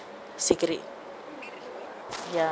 cigarette ya